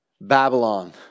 Babylon